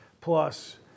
Plus